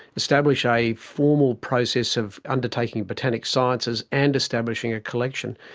establish a formal process of undertaking botanic sciences and establishing a collection.